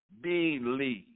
believe